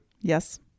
Yes